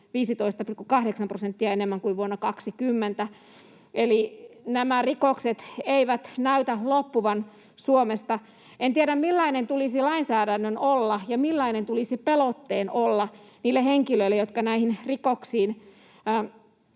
15,8 prosenttia enemmän kuin vuonna 20. Eli nämä rikokset eivät näytä loppuvan Suomesta. En tiedä, millainen tulisi lainsäädännön olla ja millainen tulisi pelotteen olla niille henkilöille, jotka näihin rikoksiin